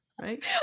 Right